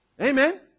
Amen